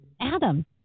Adam